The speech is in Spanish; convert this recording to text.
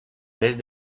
mes